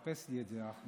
אני